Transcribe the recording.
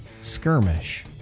skirmish